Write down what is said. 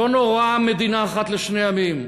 לא נורא מדינה אחת לשני עמים.